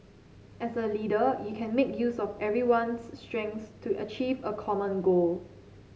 as a leader you can make use of everyone's strengths to achieve a common goal